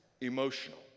emotional